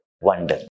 wonder